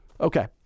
Okay